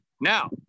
now